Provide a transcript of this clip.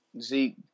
Zeke